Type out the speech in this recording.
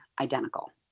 identical